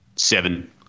Seven